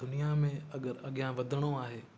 दुनिया में अगरि अॻियां वधिणो आहे